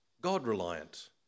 God-reliant